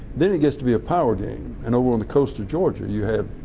then it gets to be a power game and over on the coast of georgia you had